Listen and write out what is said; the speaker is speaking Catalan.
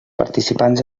participants